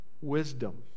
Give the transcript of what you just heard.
wisdom